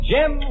Jim